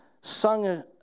sung